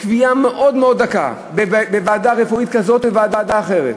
קביעה מאוד מאוד דקה בוועדה רפואית כזאת או בוועדה אחרת.